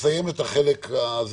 שנסיים את החלק הזה,